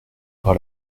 par